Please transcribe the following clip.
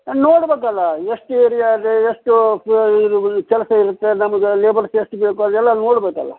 ನೋಡಬೇಕಲ್ಲ ಎಷ್ಟು ಏರ್ಯಾ ಇದೆ ಎಷ್ಟು ಇದು ಕೆಲಸ ಇರುತ್ತೆ ನಮಗೆ ಲೇಬರ್ಸ್ ಎಷ್ಟು ಬೇಕು ಅದೆಲ್ಲ ನೋಡಬೇಕಲ್ಲ